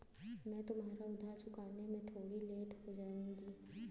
मैं तुम्हारा उधार चुकाने में थोड़ी लेट हो जाऊँगी